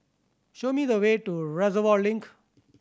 show me the way to Reservoir Link